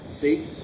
See